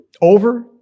over